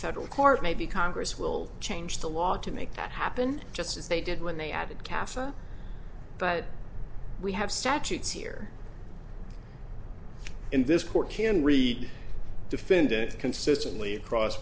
federal court maybe congress will change the law to make that happen just as they did when they added castle but we have statutes here in this court can read defendants consistently across